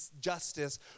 justice